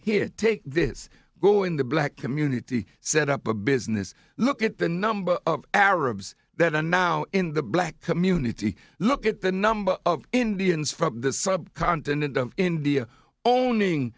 here take this go in the black community set up a business look at the number of arabs that are now in the black community look at the number of indians from the subcontinent of india o